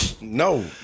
No